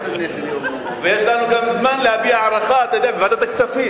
יש לנו גם זמן להביע הערכה בוועדת הכספים,